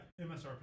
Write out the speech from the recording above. MSRP